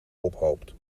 ophoopt